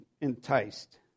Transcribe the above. enticed